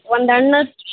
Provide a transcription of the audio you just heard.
ಒಂದು ಹಣ್ಣು